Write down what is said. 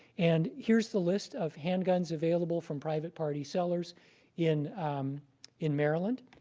and here's the list of handguns available from private party sellers in um in maryland.